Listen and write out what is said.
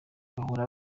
bahora